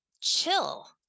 chill